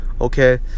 okay